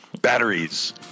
Batteries